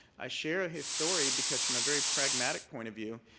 i share his story because from a very pragmatic point of view,